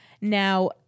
Now